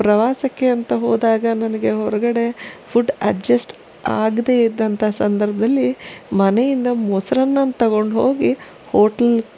ಪ್ರವಾಸಕ್ಕೆ ಅಂತ ಹೋದಾಗ ನನಗೆ ಹೊರಗಡೆ ಫುಡ್ ಅಡ್ಜಸ್ಟ್ ಆಗದೇ ಇದ್ದಂಥ ಸಂದರ್ಭದಲ್ಲಿ ಮನೆಯಿಂದ ಮೊಸ್ರನ್ನನ ತಗೊಂಡು ಹೋಗಿ ಹೋಟ್ಲಲ್